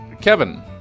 Kevin